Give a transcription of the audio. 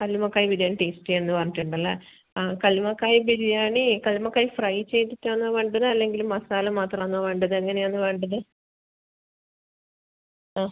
കല്ലുമ്മക്കായ് ബിരിയാണി ടേസ്റ്റിയാണ് പറഞ്ഞിട്ട് ഉണ്ടല്ലേ ആ കല്ലുമ്മക്കായ് ബിരിയാണി കല്ലുമ്മക്കായ് ഫ്രൈ ചെയ്തിട്ടാണോ വേണ്ടത് അല്ലെങ്കിൽ മസാല മാത്രാമാണോ വേണ്ടത് എങ്ങനെയാണ് വേണ്ടത് ആ